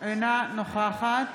אינה נוכחת